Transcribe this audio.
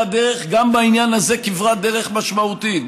הדרך גם בעניין הזה כברת דרך משמעותית.